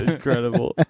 incredible